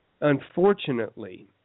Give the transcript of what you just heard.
unfortunately